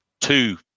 two